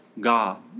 God